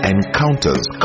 Encounters